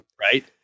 right